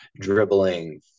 dribbling